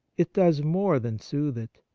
it does more than soothe it.